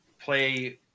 play